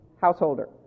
householder